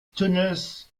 tunnels